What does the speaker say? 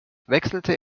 wechselte